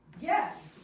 yes